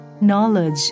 knowledge